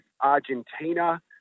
Argentina